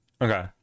Okay